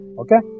okay